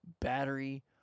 battery